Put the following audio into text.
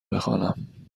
بخوانم